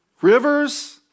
Rivers